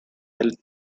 del